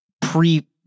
pre-